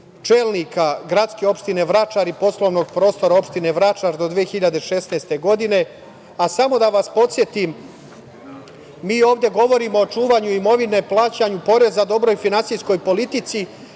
čelnika gradske opštine Vračar i poslovnog prostora opštine Vračar do 2016. godine. Samo da vas podsetim, mi ovde govorimo o čuvanju imovine, plaćanju poreza, dobroj finansijskoj politici,